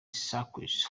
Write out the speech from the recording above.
circus